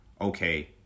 okay